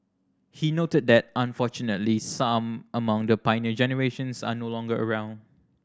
he noted that unfortunately some among the Pioneer Generation are no longer around